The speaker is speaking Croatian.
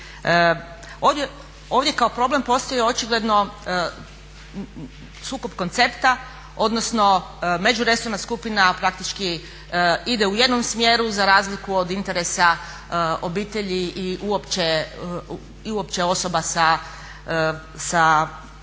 Ovdje kao problem postoji očigledno sukob koncepta, odnosno među resorna skupina praktički ide u jednom smjeru za razliku od interesa obitelji i uopće osoba sa ovom